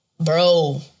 Bro